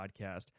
podcast